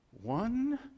one